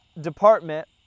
department